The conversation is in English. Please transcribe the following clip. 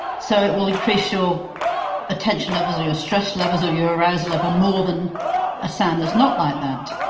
so, it will increase your attention levels or your stress levels or your arousal level more than a sound that's not like that.